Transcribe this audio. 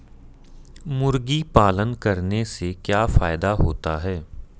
मुर्गी पालन करने से क्या फायदा होता है?